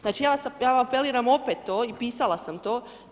Znači ja apeliram opet to i pisala sam to.